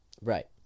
Right